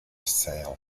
sail